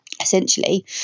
essentially